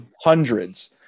Hundreds